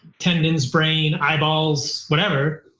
tendons, brain, eyeballs, whatever,